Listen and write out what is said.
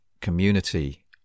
community